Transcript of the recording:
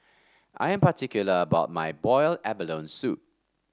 I am particular about my Boiled Abalone Soup